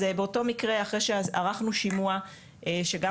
אז באותה המקרה ולאחר שערכנו שימוע שגם,